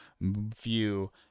view